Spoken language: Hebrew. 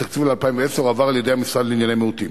התקציב ל-2010 הועבר על-ידי המשרד לענייני מיעוטים.